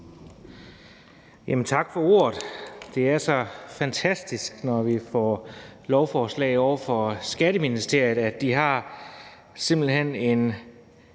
Tak for ordet. Det er så fantastisk, når vi får lovforslag ovre fra Skatteministeriet, at de simpelt hen